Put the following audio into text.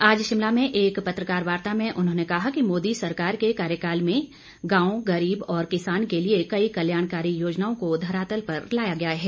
आज शिमला में एक पत्रकार वार्ता में उन्होंने कहा कि मोदी सरकार के कार्यकाल में गांव गरीब और किसान के लिए कई कल्याणकारी योजनाओं को धरातल पर लाया गया है